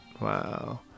Wow